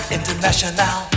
International